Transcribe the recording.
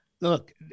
look